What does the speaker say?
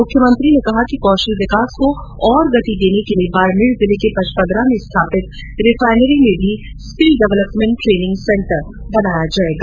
मुख्यमंत्री ने कहा कि कौशल विकास को और गति देने के लिये बाडमेर जिले के पचपदरा में स्थापित हो रही रिफाइनरी में भी स्किल डवलपमेंट ट्रेनिंग सेंटर बनाया जायेगा